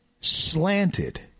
slanted